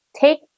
take